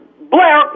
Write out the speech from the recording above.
Blair